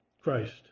Christ